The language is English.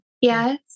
Yes